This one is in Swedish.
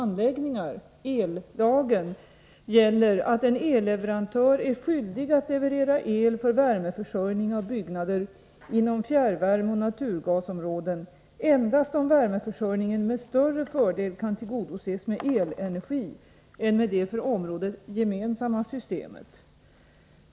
naturgasområden endast om värmeförsörjningen med större fördel kan tillgodoses med elenergi än med det för området gemensamma systemet.